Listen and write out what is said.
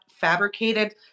fabricated